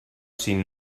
sin